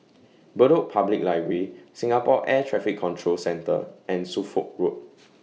Bedok Public Library Singapore Air Traffic Control Centre and Suffolk Road